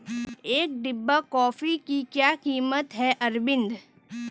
एक डिब्बा कॉफी की क्या कीमत है अरविंद?